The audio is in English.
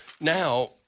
Now